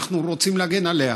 אנחנו רוצים להגן עליה.